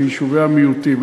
ליישובי המיעוטים,